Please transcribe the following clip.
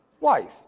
wife